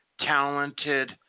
talented